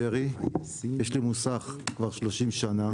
שלום, יש לי מוסך כבר 30 שנה.